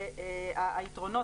היתרונות,